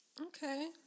Okay